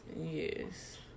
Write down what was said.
Yes